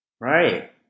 Right